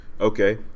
Okay